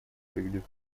приведет